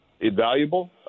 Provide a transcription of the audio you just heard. invaluable